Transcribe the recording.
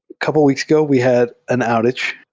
couple of weeks ago we had an outage.